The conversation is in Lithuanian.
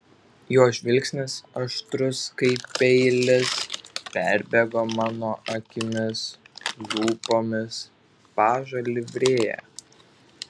jo žvilgsnis aštrus kaip peilis perbėgo mano akimis lūpomis pažo livrėja